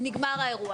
נגמר האירוע.